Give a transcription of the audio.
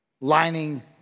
lining